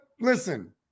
Listen